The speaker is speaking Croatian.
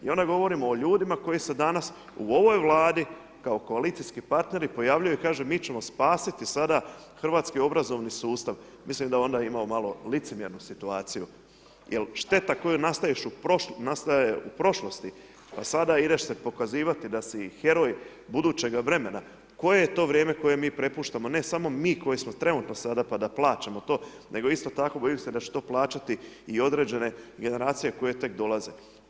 I onda govorimo o ljudima koji se danas u ovoj Vladi kao koalicijski partneri pojavljuju i kažu mi ćemo spasiti sada hrvatski obrazovni sustav, mislim da onda imamo malo licemjernu situaciju jer šteta koja nastaje u prošlosti a sada ideš se pokazivati da si heroj budućega vremena, koje je to vrijeme koje mi prepuštamo ne samo mi koji smo trenutno sada pa da plaćamo to nego isto tako bojim se da će to plaćati i određene generacije koje tek dolaze.